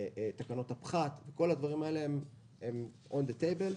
תקנות הפחת, כל הדברים האלה הם On the table.